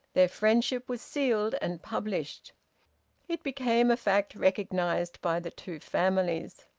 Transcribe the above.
their friendship was sealed and published it became a fact recognised by the two families.